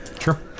Sure